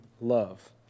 love